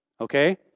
Okay